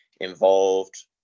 involved